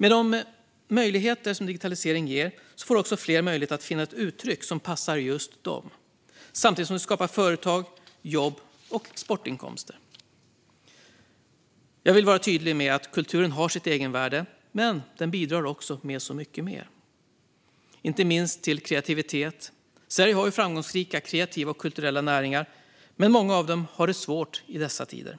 Med de möjligheter som digitaliseringen ger får också fler möjlighet att finna ett uttryck som passar just dem, samtidigt som det skapar företag, jobb och exportinkomster. Jag vill vara tydlig med att kulturen har sitt egenvärde, men den bidrar också till mycket mer, inte minst till kreativitet. Sverige har framgångsrika kreativa och kulturella näringar, men många av dem har det svårt i dessa tider.